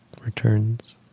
returns